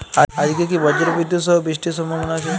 আজকে কি ব্রর্জবিদুৎ সহ বৃষ্টির সম্ভাবনা আছে?